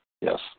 Yes